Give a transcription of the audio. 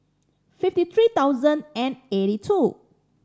fifty three thousand and eighty two